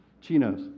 Chinos